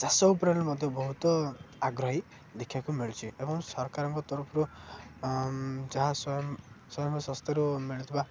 ଚାଷ ଉପରେ ମଧ୍ୟ ବହୁତ ଆଗ୍ରହୀ ଦେଖିବାକୁ ମିଳୁଛିି ଏବଂ ସରକାରଙ୍କ ତରଫରୁ ଯାହା ସ୍ୱୟଂ ସ୍ୱୟଂ ସ୍ବାସ୍ଥ୍ୟରୁ ମିଳୁଥିବା